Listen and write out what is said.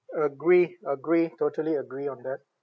agree agree totally agree on that